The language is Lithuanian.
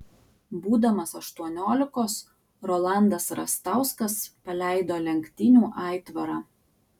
būdamas aštuoniolikos rolandas rastauskas paleido lenktynių aitvarą